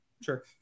Sure